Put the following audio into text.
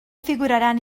figuraran